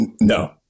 no